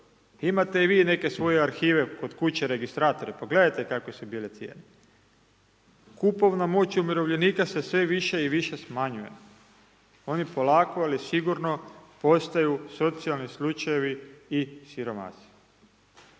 imate i vi neke svoje arhive kod kuće, registratore, pa gledajte kakve su bile cijene. Kupovna moć umirovljenika se sve više i više smanjuje, oni polako, ali sigurno postaju socijalni slučajevi i siromasi.